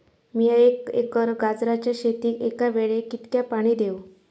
मीया एक एकर गाजराच्या शेतीक एका वेळेक कितक्या पाणी देव?